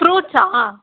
ஃப்ரூட்ஸ்ஸா